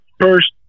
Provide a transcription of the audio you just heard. first